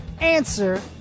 Answer